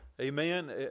Amen